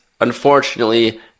unfortunately